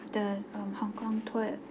the um hong kong tour